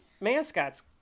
mascots